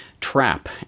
trap